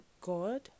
God